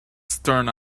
stern